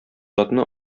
атны